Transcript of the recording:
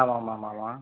ஆமாம்மாமா